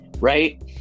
right